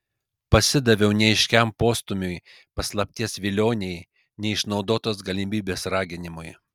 pasidaviau neaiškiam postūmiui paslapties vilionei neišnaudotos galimybės raginimui